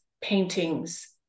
paintings